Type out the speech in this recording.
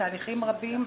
תודה רבה.